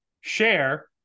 share